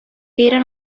eren